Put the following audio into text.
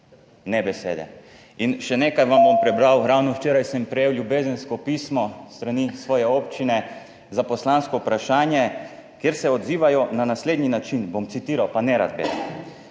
ne besede. In še nekaj vam bom prebral. Ravno včeraj sem prejel ljubezensko pismo s strani svoje občine za poslansko vprašanje, kjer se odzivajo na naslednji način. Bom citiral, pa ne rad bi.